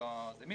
אם